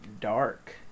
dark